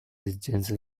esigenze